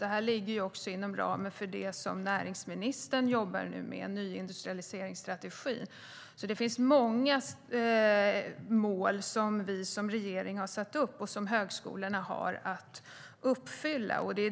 Det här ligger även inom ramen för det som näringsministern nu jobbar med - nyindustrialiseringsstrategin. Det finns alltså många mål som vi som regering har satt upp och som högskolorna har att uppfylla.